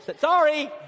Sorry